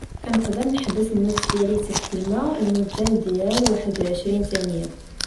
كنقدر نحبس النفس ديالي تحت الما لمدة ديال واحد وعشرين تانية